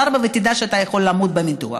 4,